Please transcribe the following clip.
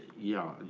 yeah,